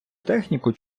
техніку